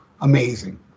amazing